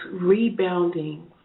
rebounding